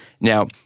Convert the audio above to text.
Now